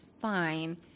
fine